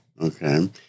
Okay